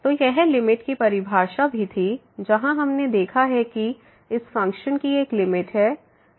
तो यह लिमिट की परिभाषा भी थी जहां हमने देखा है कि इस फ़ंक्शन की एक लिमिट है